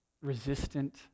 resistant